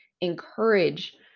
encourage